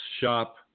Shop